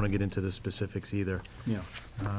want to get into the specifics either you know